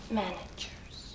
managers